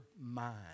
mind